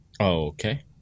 okay